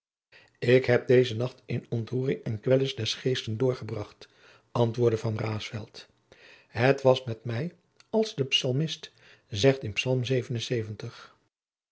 ik heb deze nacht in ontroering en kwelling des geestes doorgebracht antwoordde raesfelt het was met mij als de psalmist